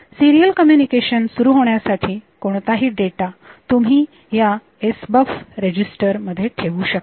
serial communication सुरू होण्यासाठी कोणताही डेटा तुम्ही ह्या SBUF रेजीस्टर मध्ये ठेवू शकता